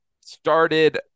started –